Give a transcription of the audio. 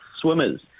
swimmers